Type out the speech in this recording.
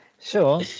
sure